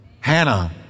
Hannah